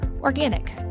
organic